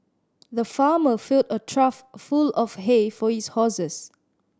the farmer filled a trough full of hay for his horses